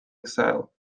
exile